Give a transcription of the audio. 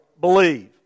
believe